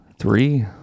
Three